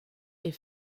est